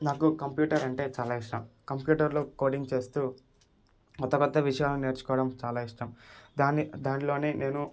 నాకు కంప్యూటర్ అంటే చాలా ఇష్టం కంప్యూటర్లో కోడింగ్ చేస్తూ కొత్త కొత్త విషయాలు నేర్చుకోవడం చాలా ఇష్టం దాన్ని దాంట్లోనే నేను